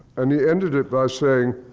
and he ended it by saying,